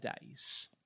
days